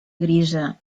grisa